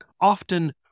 often